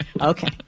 Okay